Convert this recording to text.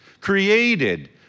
created